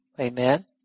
Amen